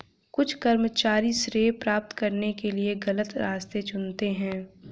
कुछ कर्मचारी श्रेय प्राप्त करने के लिए गलत रास्ते चुनते हैं